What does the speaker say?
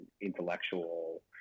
intellectual